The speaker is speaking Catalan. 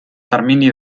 termini